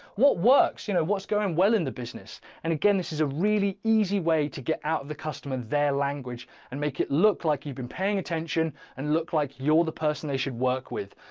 what works you know what's going well in the business and again, this is a really easy way to get out of the customer. their language and make it look like you've been paying attention and look like you're the person they should work with.